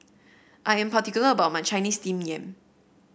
I am particular about my Chinese Steamed Yam